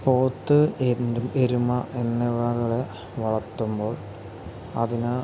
പോത്ത് എരുമ എന്നിവകളെ വളർത്തുമ്പോൾ അതിന്